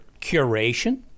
curation